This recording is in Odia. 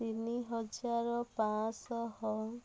ତିନିହଜାର ପାଞ୍ଚଶହ